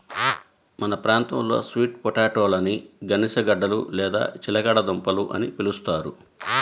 మన ప్రాంతంలో స్వీట్ పొటాటోలని గనిసగడ్డలు లేదా చిలకడ దుంపలు అని పిలుస్తారు